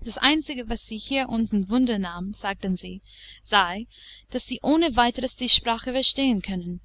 das einzige was sie hier unten wunder nahm sagten sie sei daß sie ohne weiteres die sprache verstehen können